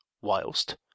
whilst